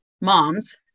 moms